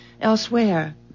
elsewhere